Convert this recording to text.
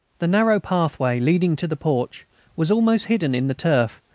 the narrow pathway leading to the porch was almost hidden in the turf,